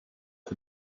had